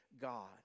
God